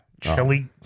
Chili